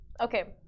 Okay